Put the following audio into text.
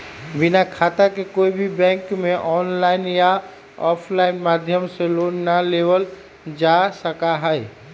बिना खाता के कोई भी बैंक में आनलाइन या आफलाइन माध्यम से लोन ना लेबल जा सका हई